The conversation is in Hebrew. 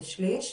בשליש.